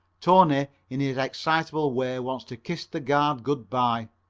tony in his excitable way wants to kiss the guard good-by.